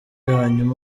hanyuma